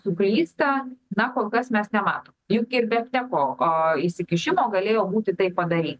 suklysta na kol kas mes nematom juk ir be efteko a įsikišimo galėjo būti taip padaryt